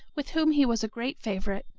with whom he was a great favorite.